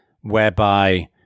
whereby